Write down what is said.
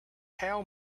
how